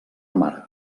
mare